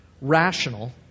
rational